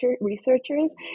researchers